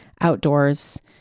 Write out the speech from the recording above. outdoors